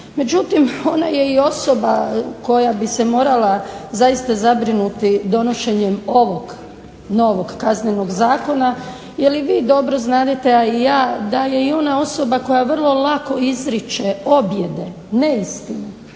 Međutim, ona je i osoba koja bi se morala zaista zabrinuti donošenjem ovog novog Kaznenog zakona jer i vi dobro znadete a i ja da je i ona osoba koja vrlo lako izriče objede, neistinu.